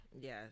Yes